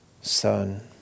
son